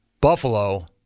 Buffalo